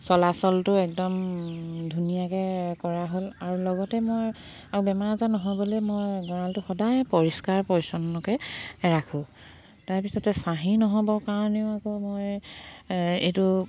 চলাচলটো একদম ধুনীয়াকৈ কৰা হ'ল আৰু লগতে মই আৰু বেমাৰ আজাৰ নহ'বলৈ মই গঁৰালটো সদায় পৰিষ্কাৰ পৰিচ্ছন্নকৈ ৰাখোঁ তাৰপিছতে চাহি নহ'বৰ কাৰণেও আকৌ মই এইটো